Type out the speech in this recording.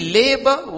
labor